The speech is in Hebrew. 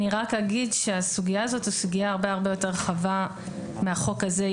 אני רק אגיד שהסוגייה הזאת היא סוגייה הרבה יותר רחבה מהחוק הזה.